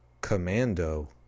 Commando